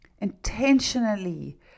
Intentionally